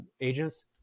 agents